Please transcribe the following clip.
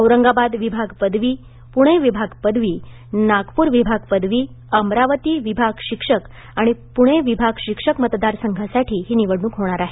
औरंगाबाद विभाग पदवी पुणे विभाग पदवी नागपूर विभाग पदवी अमरावती विभाग शिक्षक आणि पुणे विभाग शिक्षक मतदारसंघांसाठी ही निवडणूक होणार आहे